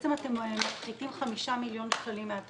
בעצם אתם מפחיתים 5 מיליון שקלים מן התקציב.